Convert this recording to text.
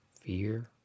Fear